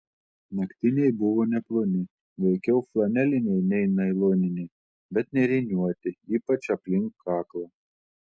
naktiniai buvo neploni veikiau flaneliniai nei nailoniniai bet nėriniuoti ypač aplink kaklą